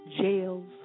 jails